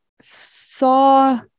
saw